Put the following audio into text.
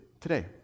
today